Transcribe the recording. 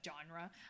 genre